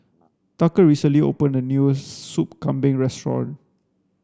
Tucker recently opened a new sup kambing restaurant